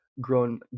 grown